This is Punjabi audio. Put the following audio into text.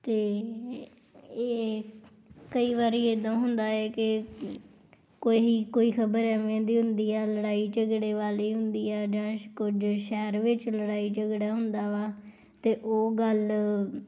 ਅਤੇ ਇਹ ਕਈ ਵਾਰ ਇੱਦਾਂ ਹੁੰਦਾ ਹੈ ਕਿ ਕੋਈ ਕੋਈ ਖ਼ਬਰ ਐਵੇਂ ਦੀ ਹੁੰਦੀ ਆ ਲੜਾਈ ਝਗੜਾ ਵਾਲੀ ਹੁੰਦੀ ਆ ਜਾਂ ਕੁਝ ਸ਼ਹਿਰ ਵਿੱਚ ਲੜਾਈ ਝਗੜਾ ਹੁੰਦਾ ਵਾ ਤਾਂ ਉਹ ਗੱਲ